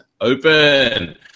Open